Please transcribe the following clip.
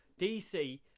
dc